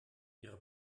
ihre